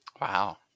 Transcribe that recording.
Wow